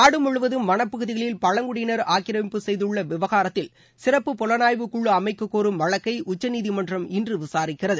நாடு முழுவதும் வளப் பகுதிகளில் பழங்குடியினர் ஆக்கிரமிப்பு செய்துள்ள விவகாரத்தில் சிறப்பு புலனாய்வு குழு அமைக்க கோரும் வழக்கை உச்சநீதிமன்றம் இன்று விசாரிக்கிறது